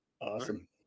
Awesome